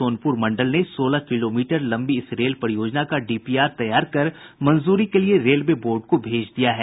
सोनपुर मंडल ने सोलह किलोमीटर लंबी इस रेल परियोजना का डीपीआर तैयार कर मंजूरी के लिये रेलवे बोर्ड को भेज दिया है